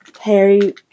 Harry